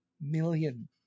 million